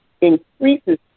increases